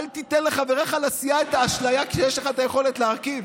אל תיתן לחבריך לסיעה את האשליה שיש לך את היכולת להרכיב.